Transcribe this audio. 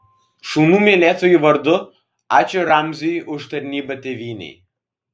šunų mylėtojų vardu ačiū ramziui už tarnybą tėvynei